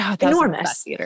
Enormous